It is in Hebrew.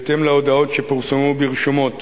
בהתאם להודעות שפורסמו ברשומות